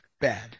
Bad